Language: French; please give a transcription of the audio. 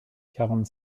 quarante